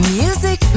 music